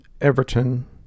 Everton